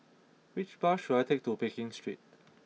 which bus should I take to Pekin Street